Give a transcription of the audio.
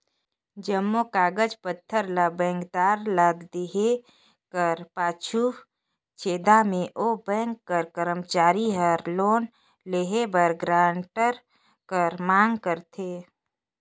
जम्मो कागज पाथर ल बेंकदार ल देहे कर पाछू छेदहा में ओ बेंक कर करमचारी हर लोन लेहे बर गारंटर कर मांग करथे